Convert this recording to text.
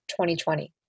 2020